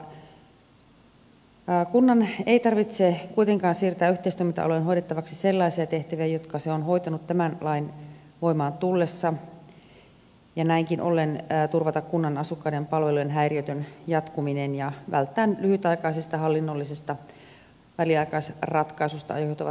kunnan ei kuitenkaan tarvitse siirtää yhteistoiminta alueen hoidettavaksi sellaisia tehtäviä jotka se on hoitanut tämän lain voimaan tullessa ja näinkin ollen turvataan kunnan asukkaiden palvelujen häiriötön jatkuminen ja vältetään lyhytaikaisista hallinnollisista väliaikaisratkaisuista aiheutuvat kustannukset